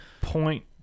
point